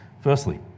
Firstly